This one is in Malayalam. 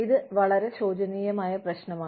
ഇത് വളരെ ശോചനീയമായ പ്രശ്നമാണ്